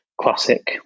classic